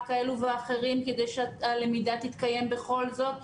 כאלו ואחרים כדי שהלמידה תתקיים בכל זאת,